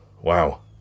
Wow